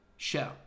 show